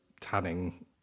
tanning